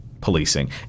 policing